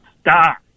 stop